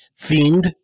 themed